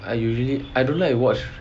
I usually I don't like to watch